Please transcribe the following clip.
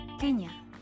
Kenya